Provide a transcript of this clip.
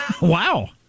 Wow